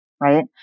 Right